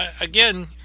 again